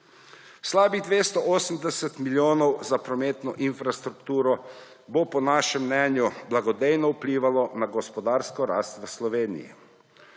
Slabih 280 milijonov za prometno infrastrukturo bo po našem mnenju blagodejno vplivalo na gospodarsko rast v Sloveniji.